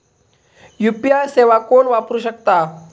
UPI सेवा कोण वापरू शकता?